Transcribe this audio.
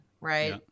Right